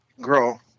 grow